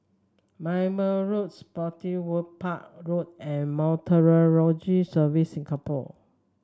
Merbau Road Spottiswoode Park Road and Meteorological Services Singapore